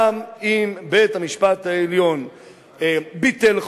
גם אם בית-המשפט העליון ביטל חוק,